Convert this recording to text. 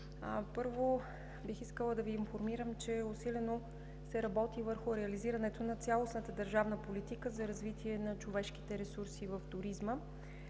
първо, бих искала да Ви информирам, че усилено се работи върху реализирането на цялостната държавна политика за развитие на човешките ресурси в туризма.